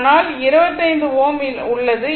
ஆனால் 25 Ω உள்ளது